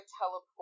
teleport